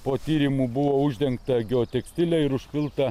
po tyrimų buvo uždengta geotekstile ir užpilta